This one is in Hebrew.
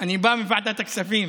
אני בא מוועדת הכספים.